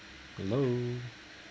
hello